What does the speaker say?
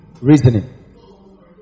reasoning